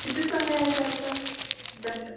कति सहाया जाता दश्